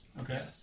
Okay